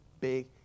big